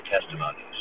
testimonies